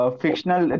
fictional